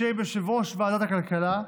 בשם יושב-ראש ועדת הכלכלה,